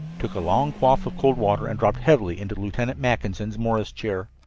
took a long quaff of cold water and dropped heavily into lieutenant mackinson's morris chair.